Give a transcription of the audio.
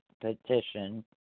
petition